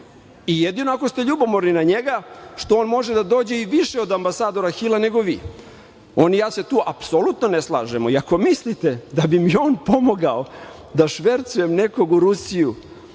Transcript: i jedino ako ste ljubomorni na njega što on može da dođe i više od ambasadora Hila nego vi. On i ja se tu apsolutno ne slažemo i ako mislite da bi imi on pomogao da švercujem nekog u Rusiju,